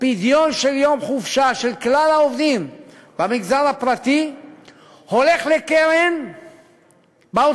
פדיון של יום חופשה של כלל העובדים במגזר הפרטי הולכים לקרן באוצר